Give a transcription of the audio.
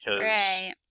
Right